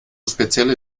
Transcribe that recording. spezielle